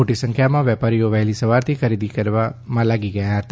મોટી સંખ્યામાં વેપારીઓ વહેલી સવારથી ખરીદી માટે આવ્યા હતા